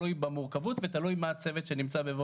תלוי במורכבות ותלוי בצוות שנמצא בבית